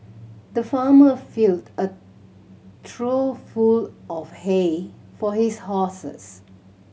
the farmer filled a trough full of hay for his horses